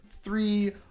three